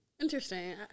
interesting